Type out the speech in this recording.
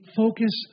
focus